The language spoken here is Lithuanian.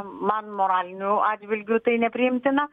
man moraliniu atžvilgiu tai nepriimtina